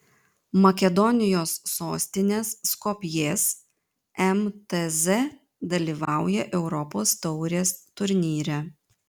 makedonijos sostinės skopjės mtz dalyvauja europos taurės turnyre